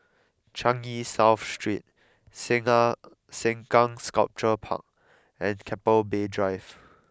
Changi South Street Sengkang Sengkang Sculpture Park and Keppel Bay Drive